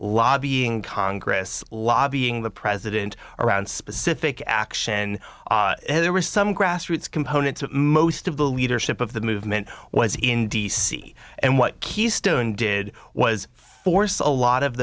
lobbying congress lobbying the president around specific action there was some grassroots component to most of the leadership of the movement was in d c and what keystone did was force a lot of